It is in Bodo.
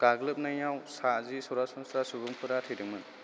गाग्लोबनायाव सा जि सरासनस्रा सुबुंफोरा थैदोंमोन